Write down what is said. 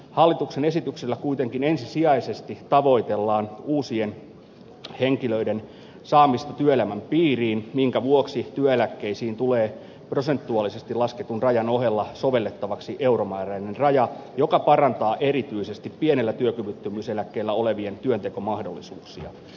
hallituksen esityksellä kuitenkin ensisijaisesti tavoitellaan uusien henkilöiden saamista työelämän piiriin minkä vuoksi työeläkkeisiin tulee prosentuaalisesti lasketun rajan ohella sovellettavaksi euromääräinen raja joka parantaa erityisesti pienellä työkyvyttömyyseläkkeellä olevien työntekomahdollisuuksia